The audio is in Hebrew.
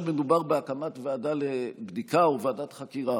מדובר בהקמת ועדה לבדיקה או ועדת חקירה.